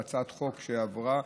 הצעת חוק שעברה,